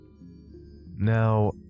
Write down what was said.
Now